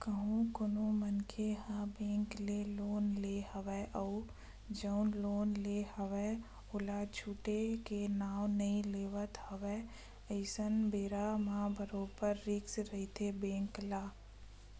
कहूँ कोनो मनखे ह बेंक ले लोन ले हवय अउ जउन लोन ले हवय ओला छूटे के नांव नइ लेवत हवय अइसन बेरा म बरोबर रिस्क रहिथे बेंक ल